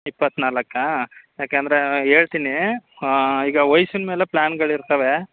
ಇಪ್ಪತ್ತ್ನಾಲ್ಕಾ ಯಾಕೆ ಅಂದರೆ ಹೇಳ್ತಿನಿ ಈಗ ವಯ್ಸಿನ ಮೇಲೆ ಪ್ಲಾನ್ಗಳಿರ್ತವೆ